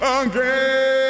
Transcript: again